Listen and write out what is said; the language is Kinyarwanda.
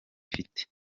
ifite